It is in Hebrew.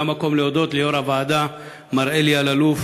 זה המקום להודות ליו"ר הוועדה, מר אלי אלאלוף,